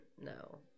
No